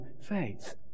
faith